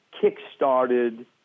kick-started